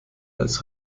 als